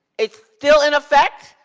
it's still in effect,